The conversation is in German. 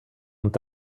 und